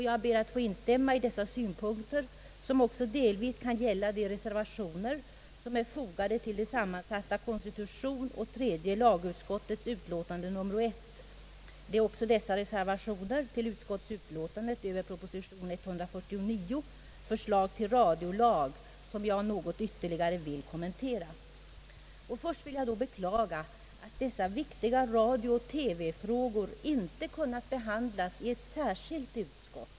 Jag ber att få instämma i dessa synpunkter, som också delvis kan gälla de reservationer som är fogade till det sammansatta konstitutionsoch tredje lagutskottets utlåtande nr 1. Det är även dessa reservationer till utskottsutlåtandet över proposition 149, förslaget till radiolag, som jag något ytterligare vill kommentera. Först vill jag då beklaga att dessa viktiga radiooch TV-frågor inte kunnat behandlas i ett särskilt utskott.